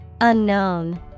Unknown